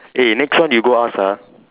eh next one you go ask ah